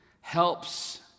helps